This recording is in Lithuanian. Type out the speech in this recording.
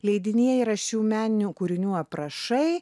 leidinyje yra šių meninių kūrinių aprašai